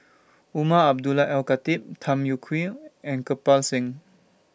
Umar Abdullah Al Khatib Tham Yui Kai and Kirpal Singh